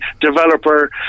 developer